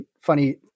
funny